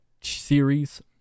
series